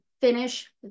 Finish